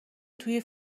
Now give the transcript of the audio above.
توی